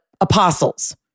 apostles